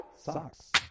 Socks